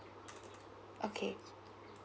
okay